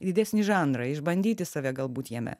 didesnį žanrą išbandyti save galbūt jame